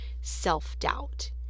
self-doubt